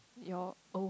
your oh